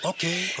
Okay